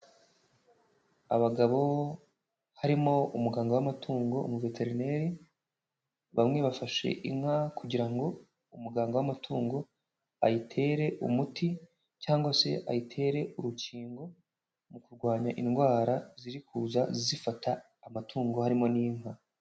Abagabo harimo umuganga w'amatungo, umuveterineri, bamwe bafashe inka kugira ngo umuganga w'amatungo ayitere umuti cyangwa se ayitere urukingo mu kurwanya indwara ziri kuza zifata amatungo harimo n'inka.